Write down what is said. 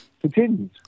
continues